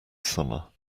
summer